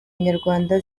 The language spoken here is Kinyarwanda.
nyarwanda